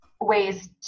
ways